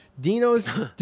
Dino's